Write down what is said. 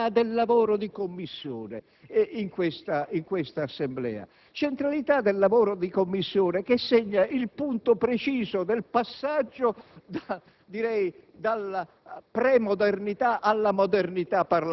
si ritorni alla centralità del lavoro di Commissione in questa Assemblea: centralità del lavoro di Commissione che, come si sa, segna il punto preciso del passaggio dalla premodernità